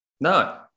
No